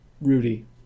Rudy